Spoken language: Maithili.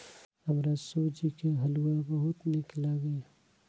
हमरा सूजी के हलुआ बहुत नीक लागैए